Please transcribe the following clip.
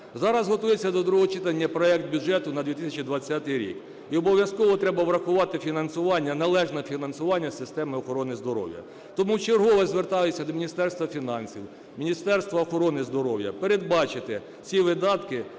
Зараз готується до другого читання проект бюджету на 2020 рік. І обов'язково треба врахувати фінансування, належне фінансування системи охорони здоров'я. Тому в чергове звертаюся до Міністерства фінансів, Міністерства охорони здоров'я передбачити ці видатки